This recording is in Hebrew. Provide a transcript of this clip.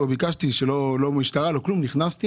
בלי לבקש משטרה ובלי לבקש כלום,